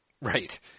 Right